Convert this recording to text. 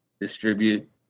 distribute